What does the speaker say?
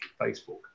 Facebook